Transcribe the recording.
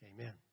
Amen